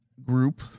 group